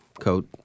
coat